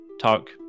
talk